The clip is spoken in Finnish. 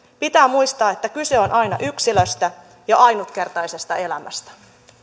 pitää muistaa että kyse on aina yksilöstä ja ainutkertaisesta elämästä